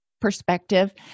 perspective